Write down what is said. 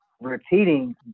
repeating